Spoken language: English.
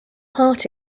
heart